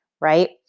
right